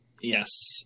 yes